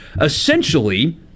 Essentially